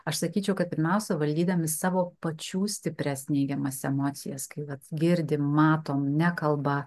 aš sakyčiau kad pirmiausia valdydami savo pačių stiprias neigiamas emocijas kaip vat girdim matom nekalba